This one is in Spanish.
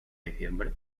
diciembre